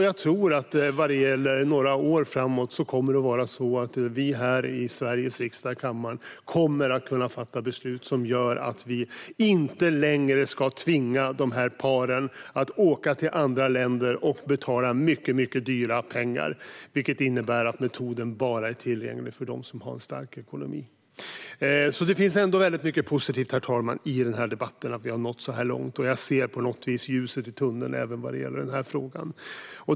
Jag tror att några år framåt i tiden kommer vi här i Sveriges riksdag att kunna fatta beslut som gör att vi inte längre ska tvinga de här paren att åka till andra länder och betala mycket dyra pengar, vilket innebär att metoden bara är tillgänglig för dem som har stark ekonomi. Det finns alltså ändå mycket positivt i den här debatten, herr talman, i och med att vi har nått så här långt. Jag ser på något vis ljuset i tunneln även vad gäller den här frågan.